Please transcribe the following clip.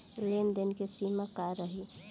लेन देन के सिमा का रही?